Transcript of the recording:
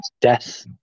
death